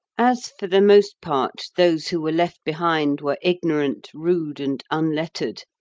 as, for the most part, those who were left behind were ignorant, rude, and unlettered,